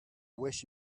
wish